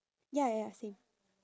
ya ya ya same